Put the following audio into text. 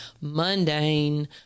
mundane